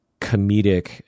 comedic